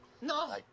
No